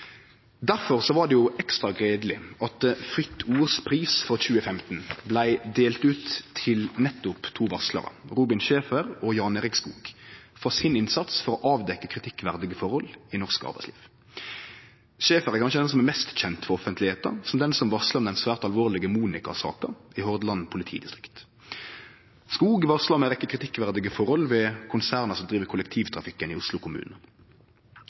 var det ekstra gledeleg at Fritt Ords Pris 2015 vart delt ut til nettopp to varslarar – Robin Schaefer og Jan Erik Skog – for deira innsats for å avdekkje kritikkverdige forhold i norsk arbeidsliv. Schaefer er kanskje den som er mest kjend for det offentlege, som han som varsla om den svært alvorlege Monika-saka i Hordaland politidistrikt. Skog varsla om ei rekkje kritikkverdige forhold ved konserna som driv kollektivtrafikken i Oslo kommune.